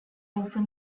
often